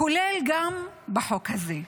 כולל גם בחוק הזה.